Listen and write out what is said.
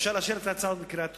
אפשר לאשר את ההצעה בקריאה טרומית.